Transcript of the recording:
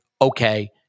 okay